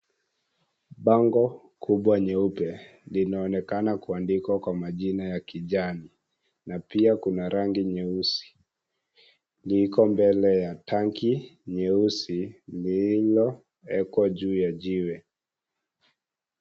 Bango kubwa nyeupe linaonekana kuandikwa kwa majina ya kijani na pia kuna rangi nyeusi. Liko mbele ya tanki nyeusi lililowekwa juu ya jiwe.